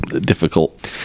difficult